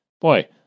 boy